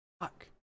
fuck